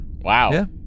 wow